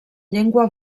llengua